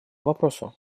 вопросу